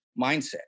mindset